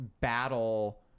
battle